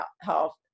health